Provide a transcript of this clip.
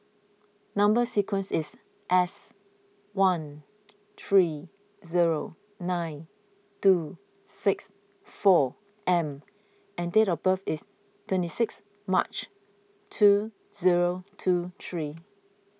Number Sequence is S one three zero nine two six four M and date of birth is twenty sixth March two zero two three